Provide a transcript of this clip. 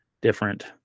different